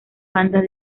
bandas